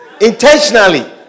Intentionally